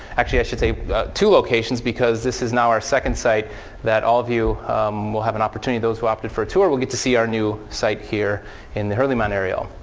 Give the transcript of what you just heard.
actually, i should say two locations, because this is now our second site that all of you will have an opportunity those who opted for a tour will get to see our new site here in the hurlimann-areal.